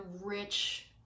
rich